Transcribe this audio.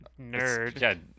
nerd